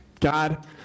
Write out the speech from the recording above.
God